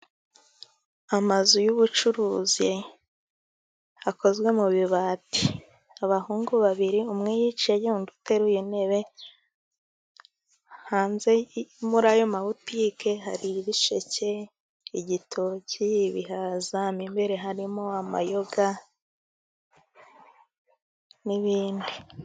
Amazu yubucuruzi akozwe mu bibati. Abahungu babiri umwe wicaye, undi ateruye intebe. Hanze yo muri ayo mabutike hari ibisheke, igitoki, ibihaza, mo imbere harimo amayoga n'ibindi.